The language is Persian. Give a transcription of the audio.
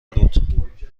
بود